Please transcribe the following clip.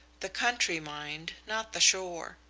the country, mind not the shore.